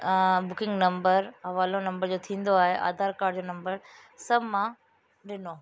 booking number हवालो number जो थींदो आहे आधार काड नम्बर सभु मां ॾिनो